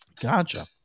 Gotcha